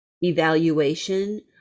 evaluation